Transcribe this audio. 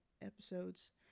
episodes